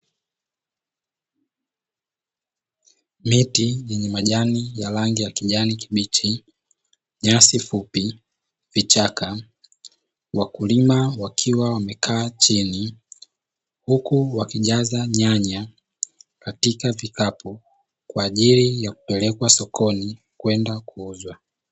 Miti yenye majani ya rangi ya kijani kibichi, nyasi fupi, vichaka, wakulima wakiwa wamekaa chini huku wakijaza nyanya katika vikapu kwa ajili ya kupelekwa sokoni kwenda kuuzwa.